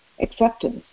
acceptance